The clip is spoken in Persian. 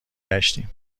گشتیم